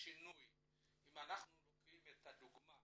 אנחנו לוקחים את הדוגמה